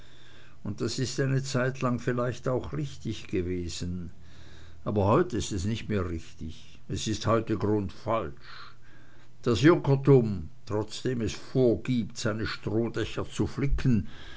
und das ist eine zeitlang vielleicht auch richtig gewesen aber heut ist es nicht mehr richtig es ist heute grundfalsch das junkertum trotzdem es vorgibt seine